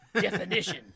definition